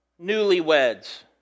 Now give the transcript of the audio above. newlyweds